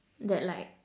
that like